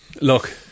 look